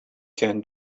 can